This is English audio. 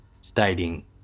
stating